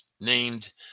named